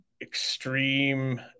Extreme